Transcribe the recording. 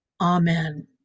Amen